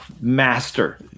master